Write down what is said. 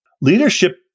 leadership